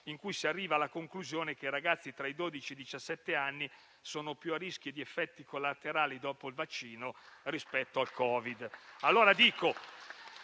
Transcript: in cui si arriva alla conclusione che i ragazzi tra i dodici e i diciassette anni sono più a rischio di effetti collaterali dopo il vaccino rispetto al Covid.